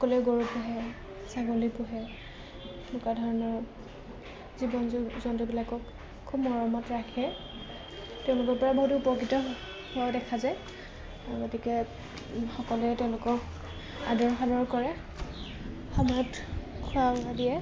সকলোৱে গৰু পোহে ছাগলী পোহে এনেকুৱা ধৰণৰ জীৱ জন্তুবিলাকক খুব মৰমত ৰাখে তেওঁলোকৰ পৰা বহুত উপকৃত হোৱা দেখা যায় গতিকে সকলোৱে তেওঁলোকক আদৰ সাদৰ কৰে সময়ত খোৱা বোৱা দিয়ে